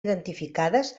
identificades